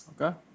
Okay